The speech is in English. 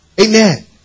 Amen